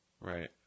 Right